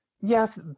yes